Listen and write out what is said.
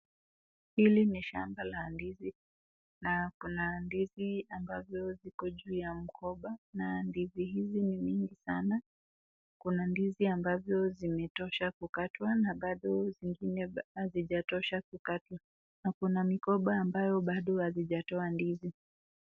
Hili ni shamba la ndizi na kuna ndizi ambazo ziko juu ya mgomba na ndizi hizi ni mingi sana kuna ndizi ambavyo zimetosha kukatwa na bado zingine hazijatosha kukatwa na kuna migomba ambayo bado hazijatoa ndizi.